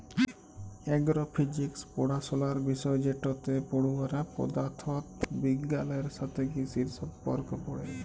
এগ্র physics পড়াশলার বিষয় যেটতে পড়ুয়ারা পদাথথ বিগগালের সাথে কিসির সম্পর্ক পড়ে